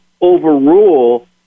overrule